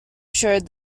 showed